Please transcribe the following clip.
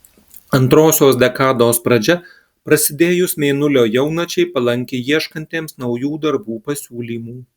antrosios dekados pradžia prasidėjus mėnulio jaunačiai palanki ieškantiems naujų darbų pasiūlymų